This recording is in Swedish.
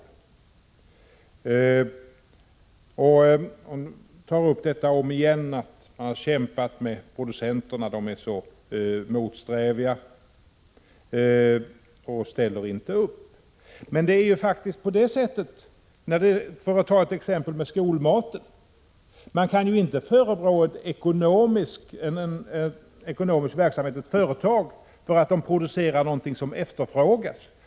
Hon tar återigen upp detta att man har kämpat med producenterna, att de är så motsträviga och inte ställer upp. Men vi kan ta detta med skolmaten som exempel. Man kan ju inte förebrå en ekonomisk verksamhet, ett företag, för att den producerar något som efterfrågas.